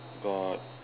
got